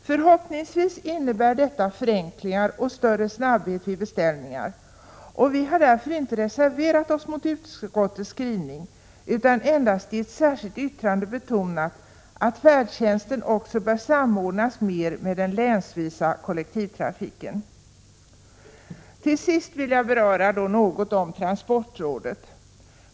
Förhoppningsvis innebär detta förenklingar och större snabbhet vid beställningar. Vi har därför inte reserverat oss mot utskottets skrivning utan endast i ett särskilt yttrande betonat att färdtjänsten också bör samordnas mer med den länsvisa kollektivtrafiken. Till sist vill jag något beröra transportrådet.